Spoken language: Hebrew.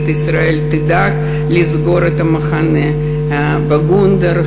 ישראל תדאג לסגור את המחנה בגונדר.